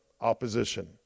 opposition